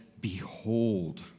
Behold